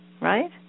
right